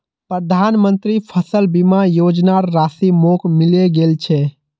प्रधानमंत्री फसल बीमा योजनार राशि मोक मिले गेल छै